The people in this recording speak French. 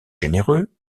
généreux